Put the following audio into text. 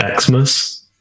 Xmas